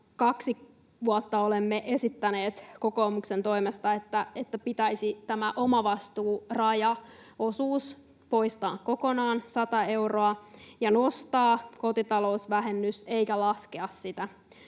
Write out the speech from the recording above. Kaksi vuotta olemme esittäneet kokoomuksen toimesta, että pitäisi tämä omavastuurajaosuus, 100 euroa, poistaa kokonaan ja nostaa kotitalousvähennystä eikä laskea sitä,